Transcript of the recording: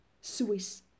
Swiss